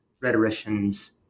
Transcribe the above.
rhetoricians